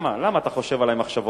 חשבתי